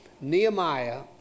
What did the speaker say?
Nehemiah